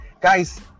Guys